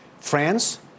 France